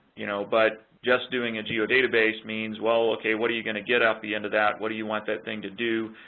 you know, but just doing a geodatabases means well, ok, what are you going to get out the end of that, what do you want that thing to do,